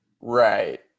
Right